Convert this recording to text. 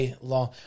Long